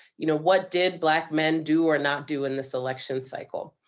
you know, what did black men do or not do in this election cycle?